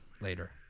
later